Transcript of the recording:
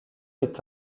est